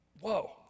Whoa